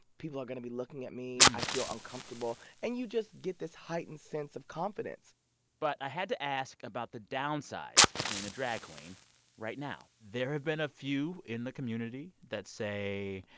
people are going to be looking at me. i feel uncomfortable. and you just get this heightened sense of confidence but i had to ask about the downsides of being a drag queen right now there have been a few in the community that say,